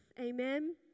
Amen